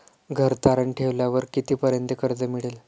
घर तारण ठेवल्यावर कितीपर्यंत कर्ज मिळेल?